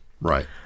Right